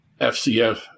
FCF